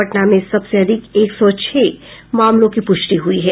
पटना में सबसे अधिक एक सौ छह मामलों की पुष्टि हुई है